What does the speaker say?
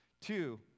Two